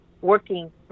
working